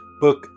book